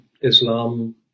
Islam